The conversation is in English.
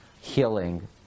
healing